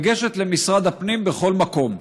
לגשת למשרד הפנים בכל מקום,